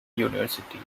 university